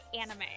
anime